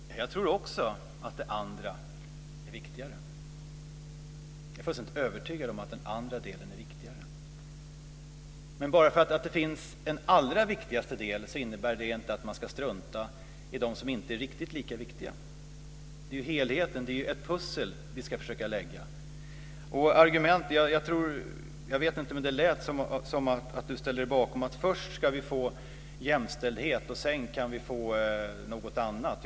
Fru talman! Jag tror också att det andra är viktigare. Jag är fullständigt övertygad om att den andra delen är viktigare. Men bara för att det finns en del som är allra viktigast innebär inte det att man kan strunta i de delar som inte är riktigt lika viktiga. Det handlar ju om helheten. Det är ett pussel vi ska försöka lägga. Det lät som om Barbro Hietala Nordlund ställde sig bakom att vi först ska få jämställdhet och sedan kan vi få något annat.